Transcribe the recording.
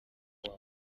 papa